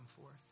forth